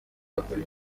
atari